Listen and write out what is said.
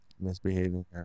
misbehaving